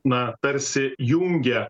na tarsi jungia